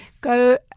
go